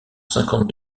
cinquante